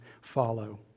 follow